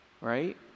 right